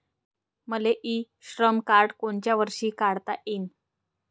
मले e Shram card कोनच्या वर्षी काढता येईन?